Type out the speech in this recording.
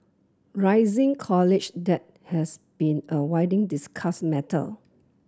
rising college debt has been a discussed matter